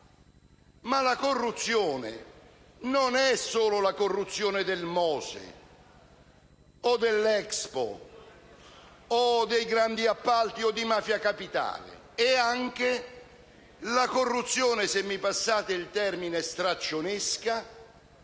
la corruzione non è solo quella del MOSE o dell'Expo, dei grandi appalti o di Mafia Capitale. È anche la corruzione - se mi passate il termine - straccionesca,